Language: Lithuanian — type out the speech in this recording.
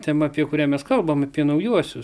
tema apie kurią mes kalbam apie naujuosius